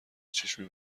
چشمی